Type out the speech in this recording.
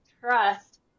trust